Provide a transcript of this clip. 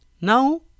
Now